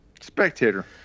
Spectator